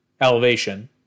elevation